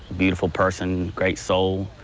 beautiful person, great soul.